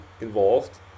involved